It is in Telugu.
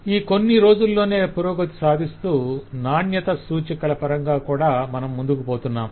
ఈ కొన్ని రోజుల్లోనే పురోగతి సాధిస్తూ నాణ్యత సూచికల పరంగా కూడా మనం ముందుకుపోతున్నాం